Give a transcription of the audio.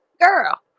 girl